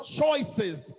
choices